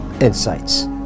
insights